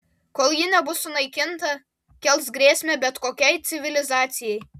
kol ji nebus sunaikinta kels grėsmę bet kokiai civilizacijai